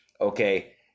okay